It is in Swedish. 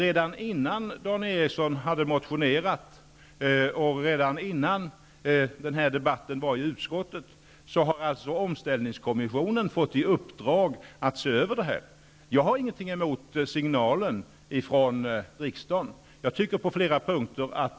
Redan innan Dan Ericsson i Kolmården hade motionerat och innan debatten hölls i utskottet fick omställningskommissionen i uppdrag att se över frågan. Jag har ingenting emot signalen från riksdagen.